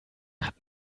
hat